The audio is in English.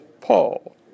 Paul